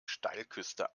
steilküste